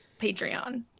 patreon